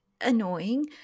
annoying